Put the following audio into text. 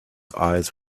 eyes